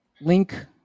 link